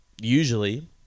usually